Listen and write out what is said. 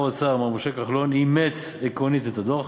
האוצר מר משה כחלון אימץ עקרונית את הדוח.